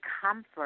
comfort